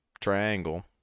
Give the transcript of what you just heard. triangle